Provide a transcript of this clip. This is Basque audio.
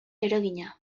eragina